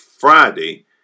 Friday